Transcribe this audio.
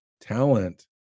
talent